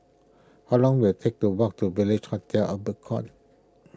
how long will it take to walk to Village Hotel Albert Court